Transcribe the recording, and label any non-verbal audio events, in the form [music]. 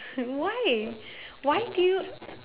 [laughs] why why do you